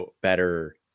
better